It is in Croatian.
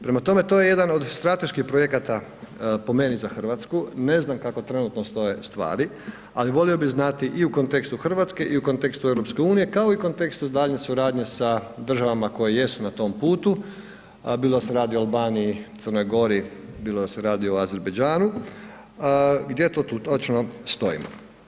Prema tome, to je jedan od strateških projekata po meni za RH, ne znam kako trenutno stoje stvari, ali volio bi znati i u kontekstu RH i u kontekstu EU, kao i u kontekstu daljnje suradnje sa državama koje jesu na tom putu, bilo da se radi o Albaniji, Crnoj Gori, bilo da se radi o Azerbajdžanu, gdje tu točno stojimo.